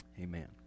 Amen